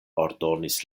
ordonis